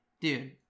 Dude